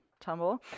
tumble